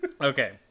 okay